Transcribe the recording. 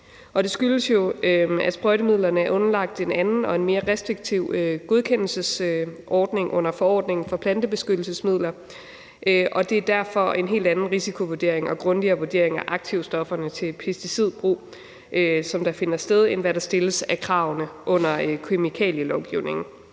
skyldes, at sprøjtemidlerne er underlagt en anden og mere restriktiv godkendelsesordning under forordningen om plantebeskyttelsesmidler, og det er derfor en helt anden risikovurdering og en grundigere vurdering af aktivstofferne til pesticidbrug, der finder sted, end hvad der stilles af krav under kemikalielovgivningen.